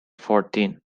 fourteen